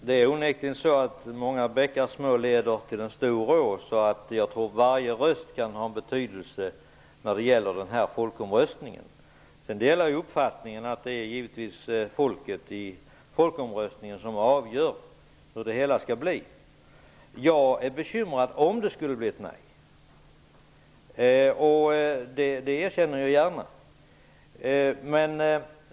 Herr talman! Många bäckar små gör onekligen en stor å, Jan Jennehag. Därför tror jag att varje röst kan ha betydelse när det gäller denna folkomröstning. Jag delar naturligtvis uppfattningen att det är människorna i folkomröstningen som avgör vilket resultat det blir. Om det skulle bli ett nej är jag bekymrad. Det erkänner jag gärna.